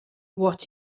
what